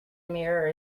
mirror